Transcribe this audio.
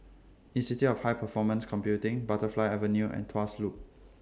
Institute of High Performance Computing Butterfly Avenue and Tuas Loop